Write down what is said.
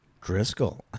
Driscoll